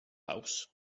house